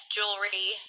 Jewelry